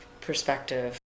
perspective